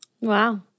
Wow